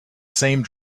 same